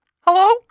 Hello